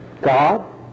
God